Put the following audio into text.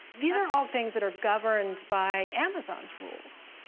these are all things that are governed by amazon's rules.